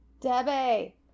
Debbie